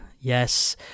Yes